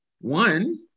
One